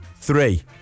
three